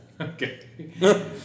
Okay